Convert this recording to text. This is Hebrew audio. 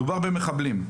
מדובר במחבלים,